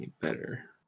better